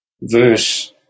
verse